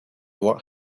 what